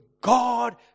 God